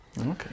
Okay